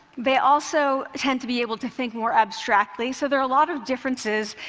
they also tend to be able to think more abstractly. so there are a lot of differences.